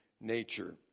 nature